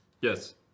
Yes